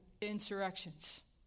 insurrections